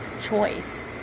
choice